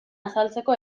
azaltzeko